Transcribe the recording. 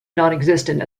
nonexistent